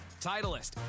Titleist